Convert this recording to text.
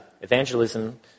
evangelism